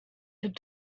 had